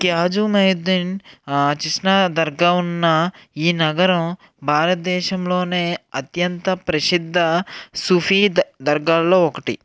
త్యాజుమెయిద్దీన్ చిస్నా దర్గా ఉన్న ఈ నగరం భారత దేశంలోనే అత్యంత ప్రసిద్ధ సూఫీద్ దర్గాలలో ఒకటి